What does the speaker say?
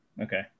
Okay